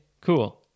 Cool